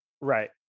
right